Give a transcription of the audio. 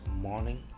morning